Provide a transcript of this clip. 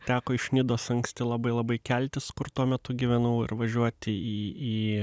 teko iš nidos anksti labai labai keltis kur tuo metu gyvenau ir važiuoti į į